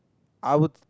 I would